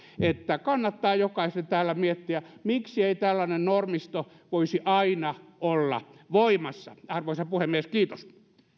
että kannattaa jokaisen täällä miettiä miksi ei tällainen normisto voisi aina olla voimassa arvoisa puhemies kiitos